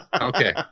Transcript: okay